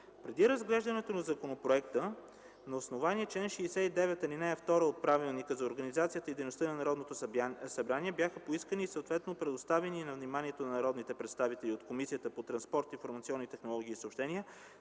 Преди разглеждането на законопроекта, на основание чл. 69, ал. 2 от Правилника за организацията и дейността на Народното събрание, бяха поискани и съответно предоставени на вниманието на народните представители от Комисията по транспорт, информационни технологии и съобщения